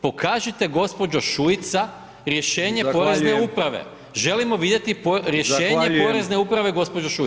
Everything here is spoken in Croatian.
Pokažite gospođo Šuica rješenje porezne uprave, želimo vidjeti rješenje porezne uprave gospođo Šuica.